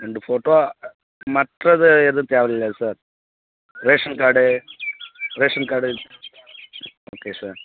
ரெண்டு போட்டோ மற்றது எதுவும் தேவை இல்லையா sir ration card ration card okay sir